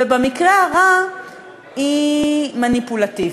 ובמקרה הרע היא מניפולטיבית,